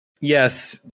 Yes